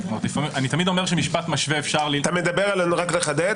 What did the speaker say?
רק לחדד,